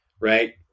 right